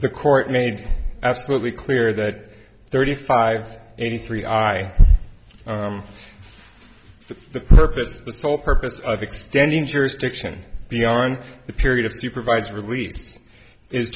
the court made absolutely clear that thirty five eighty three i the purpose the sole purpose of extending jurisdiction beyond the period of supervised release i